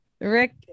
Rick